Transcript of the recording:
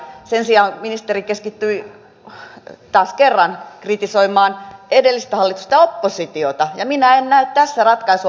sen sijaan ministeri keskittyi taas kerran kritisoimaan edellistä hallitusta oppositiota ja minä en näe tässä ratkaisua